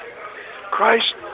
Christ